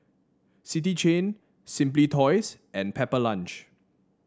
City Chain Simply Toys and Pepper Lunch